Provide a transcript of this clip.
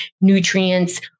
nutrients